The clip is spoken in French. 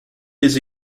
les